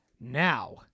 Now